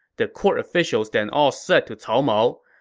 the court officials then all said to cao mao,